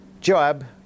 Joab